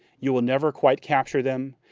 you will never quite capture them,